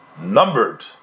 numbered